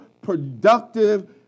productive